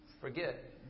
forget